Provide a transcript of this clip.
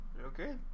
Okay